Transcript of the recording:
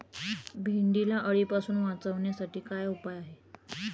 भेंडीला अळीपासून वाचवण्यासाठी काय उपाय आहे?